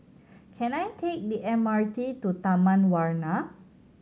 can I take the M R T to Taman Warna